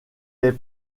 est